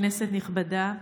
כנסת נכבדה,